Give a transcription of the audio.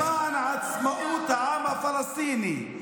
למען עצמאות העם הפלסטיני.